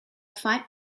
fight